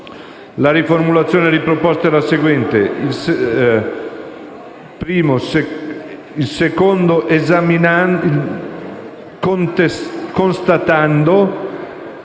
la riformulazione proposta è la seguente: